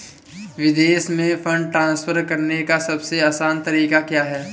विदेश में fund transfer करने का सबसे आसान तरीका क्या है?